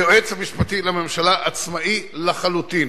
היועץ המשפטי לממשלה עצמאי לחלוטין